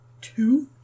Two